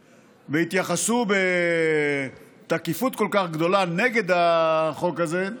והתייחסו בתקיפות כל כך גדולה נגד החוק הזה,